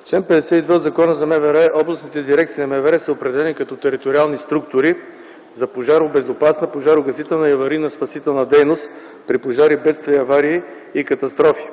В чл. 52 от Закона за МВР областните дирекции на МВР са определени като териториални структури за пожаро-безопасна, пожарогасителна и аварийно-спасителна дейност при пожари, бедствия и аварии и катастрофи.